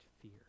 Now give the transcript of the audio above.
fear